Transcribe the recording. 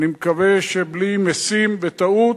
אני מקווה שבלי משים, בטעות.